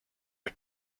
are